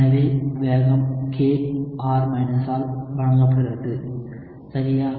எனவே வேகம் k R ஆல் வழங்கப்படுகிறது சரியா